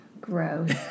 Gross